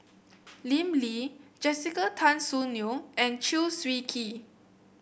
Lim Lee Jessica Tan Soon Neo and Chew Swee Kee